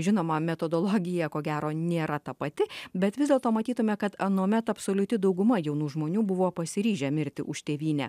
žinoma metodologija ko gero nėra ta pati bet vis dėlto matytume kad anuomet absoliuti dauguma jaunų žmonių buvo pasiryžę mirti už tėvynę